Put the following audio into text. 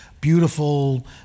beautiful